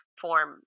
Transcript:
form